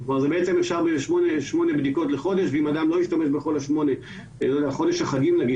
אם אדם לא השתמש בכל שמונת הבדיקות בחודש בחודש החגים למשל